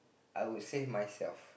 I would save myself